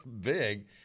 big